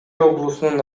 облусунун